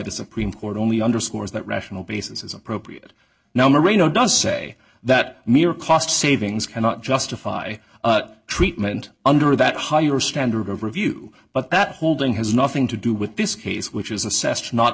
the supreme court only underscores that rational basis is appropriate now marino does say that mere cost savings cannot justify treatment under that higher standard of review but that holding has nothing to do with this case which is